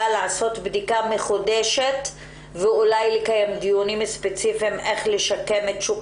לעשות בדיקה מחודשת ואולי לקיים דיונים ספציפיים איך לשקם את שוק